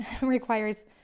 requires